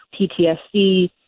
PTSD